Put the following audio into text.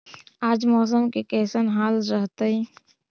आज मौसम के कैसन हाल रहतइ?